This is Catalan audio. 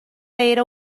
era